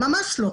ממש לא.